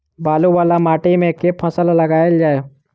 बालू वला माटि मे केँ फसल लगाएल जाए?